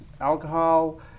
alcohol